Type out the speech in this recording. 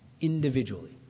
individually